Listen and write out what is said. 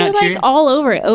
and like all over it,